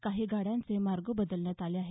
काही गाड्यांचे मार्ग बदलण्यात आले आहेत